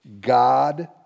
God